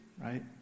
right